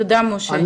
תודה, משה.